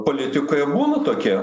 politikoje būna tokie